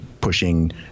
pushing